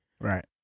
Right